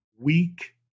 Weak